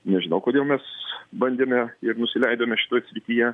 nežinau kodėl mes bandėme ir nusileidome šitoj srityje